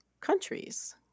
countries